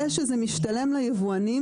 זה שזה משתלם ליבואנים,